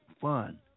fun